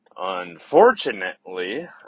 Unfortunately